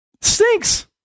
Stinks